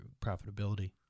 profitability